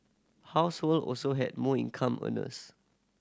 household also had more income earners